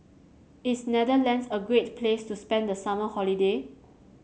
is Netherlands a great place to spend the summer holiday